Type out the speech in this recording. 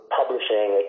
publishing